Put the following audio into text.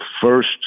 first